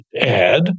add